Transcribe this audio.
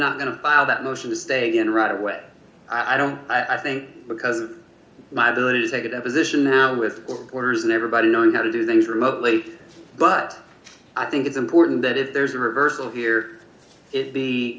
not going to file that motion to d stay in right away i don't i think because of my ability to take a deposition now with orders and everybody knowing how to do things remotely but i think it's important that if there's a reversal here i